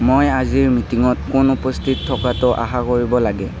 মই আজিৰ মিটিঙত কোন উপস্থিত থকাটো আশা কৰিব লাগে